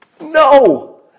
No